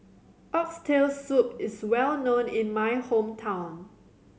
Oxtail Soup is well known in my hometown